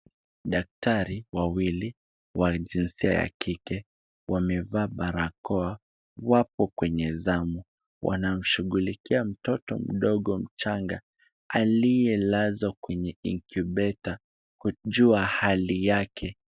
Daktari wawili wa jinsia ya kike wamevaa barakoa wako kwenye zamu wanashughulikia mtoto mdogo mchanga aliyelazwa kwenye inkubeta kujua hali yake.